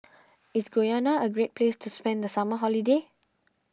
is Guyana a great place to spend the summer holiday